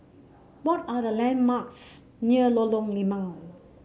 what are the landmarks near Lorong Limau